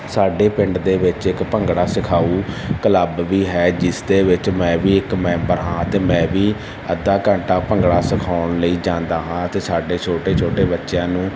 ਸਾਡੇ ਪਿੰਡ ਦੇ ਵਿੱਚ ਇੱਕ ਭੰਗੜਾ ਸਿਖਾਊ ਕਲੱਬ ਵੀ ਹੈ ਜਿਸ ਦੇ ਵਿੱਚ ਮੈਂ ਵੀ ਇੱਕ ਮੈਂਬਰ ਹਾਂ ਅਤੇ ਮੈਂ ਵੀ ਅੱਧਾ ਘੰਟਾ ਭੰਗੜਾ ਸਿਖਾਉਣ ਲਈ ਜਾਂਦਾ ਹਾਂ ਅਤੇ ਸਾਡੇ ਛੋਟੇ ਛੋਟੇ ਬੱਚਿਆਂ ਨੂੰ